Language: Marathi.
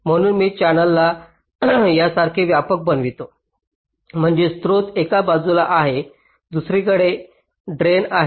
म्हणून मी चॅनेलला यासारखे व्यापक बनवितो म्हणजे स्त्रोत एका बाजूला आहे दुसरीकडे निचरा आहे